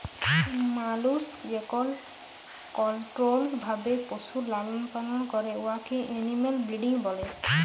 মালুস যেকল কলট্রোল্ড ভাবে পশুর লালল পালল ক্যরে উয়াকে এলিম্যাল ব্রিডিং ব্যলে